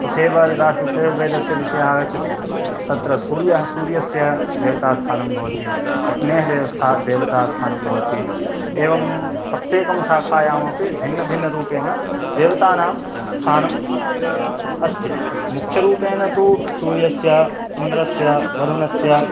तथैव यदा शुक्लयजुर्वेदस्य विषयः आगच्छति तत्र सूर्यः सूर्यस्य देवतास्थानं भवति अग्नेः देवता देवतास्थानं भवति एवं प्रत्येकस्यां शाखायामपि भिन्नभिन्नरूपेण देवतानां स्थानम् अस्ति मुख्यरूपेण तु सूर्यस्य इन्द्रस्य वरुणस्य